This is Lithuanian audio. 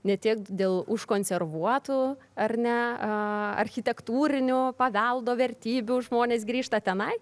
ne tiek dėl užkonservuotų ar ne architektūrinių paveldo vertybių žmonės grįžta tenai